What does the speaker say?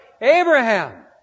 Abraham